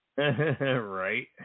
Right